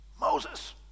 Moses